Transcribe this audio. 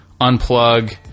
unplug